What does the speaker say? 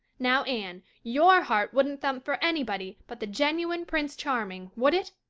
now, anne, your heart wouldn't thump for anybody but the genuine prince charming, would it?